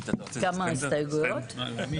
הצבעה בעד, 7 נגד, 8 נמנעים, אין לא אושר.